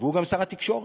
והוא גם שר התקשורת,